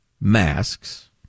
masks